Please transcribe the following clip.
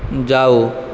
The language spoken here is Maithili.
जाउ